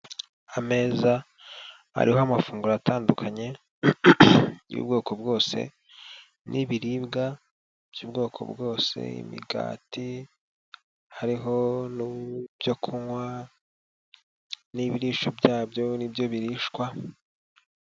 Ameza ariho amafunguro atandukanye y'ubwoko bwose n'ibiribwa by'ubwoko bwose imigati hariho n'ibyokunywa n'ibirisho byabyo n'ibyo birishwa.